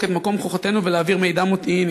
את מקום כוחותינו ולהעביר מידע מודיעיני.